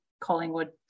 Collingwood